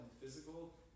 physical